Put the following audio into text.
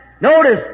Notice